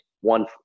one